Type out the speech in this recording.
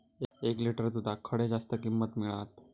एक लिटर दूधाक खडे जास्त किंमत मिळात?